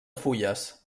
fulles